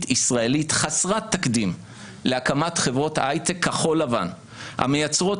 ישראלית חסרת תקדים להקמת חברות היי-טק כחול-לבן המייצרות